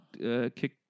Kick